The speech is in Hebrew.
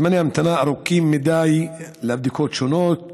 זמני ההמתנה לבדיקות שונות